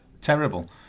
Terrible